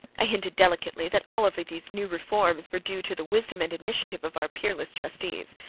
i hinted delicately that all of these new reforms were due to the wisdom and initiative of our peerless trustees.